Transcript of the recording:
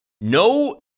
No